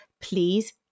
please